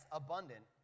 abundant